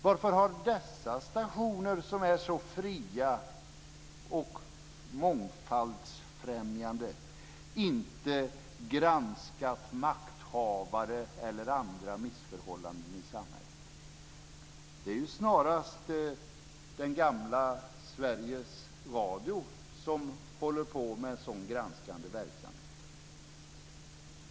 Varför har dessa stationer, som är så fria och mångfaldsfrämjande, inte granskat makthavare eller andra missförhållanden i samhället? Det är ju snarast det gamla Sveriges Radio som håller på med en sådan granskande verksamhet.